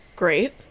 Great